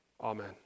Amen